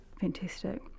fantastic